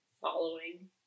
Following